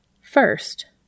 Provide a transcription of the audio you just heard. First